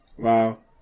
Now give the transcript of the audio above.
Wow